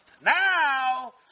Now